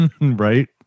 Right